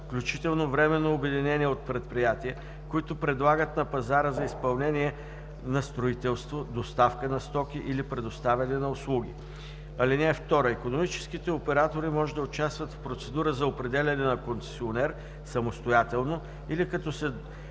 включително временно обединение от предприятия, които предлагат на пазара изпълнение на строителство, доставка на стоки или предоставяне на услуги. (2) Икономическите оператори може да участват в процедура за определяне на концесионер самостоятелно или като се